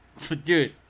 Dude